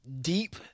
deep